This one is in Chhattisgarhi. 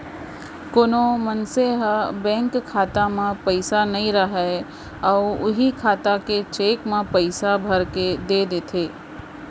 कोनो मनसे ह बेंक खाता म पइसा नइ राहय अउ उहीं खाता के चेक म पइसा भरके दे देथे